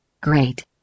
Great